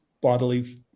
bodily